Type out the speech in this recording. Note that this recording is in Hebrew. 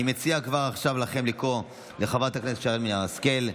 אני מציע לכם כבר עכשיו לקרוא לחברת הכנסת שרן מרים השכל,